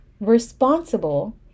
responsible